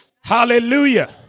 Hallelujah